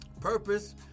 purpose